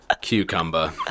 Cucumber